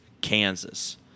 Kansas